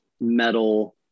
metal